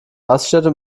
raststätte